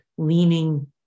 Leaning